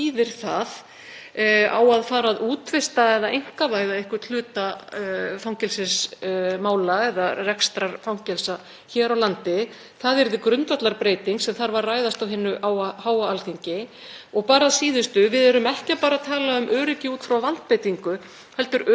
Það yrði grundvallarbreyting sem þarf að ræða á hinu háa Alþingi. Að síðustu: Við erum ekki bara að tala um öryggi út frá valdbeitingu heldur öryggi á vinnustað ef eitthvað kemur upp á, slys eða annað sem getur raskað öryggi bæði starfsfólks og fanga.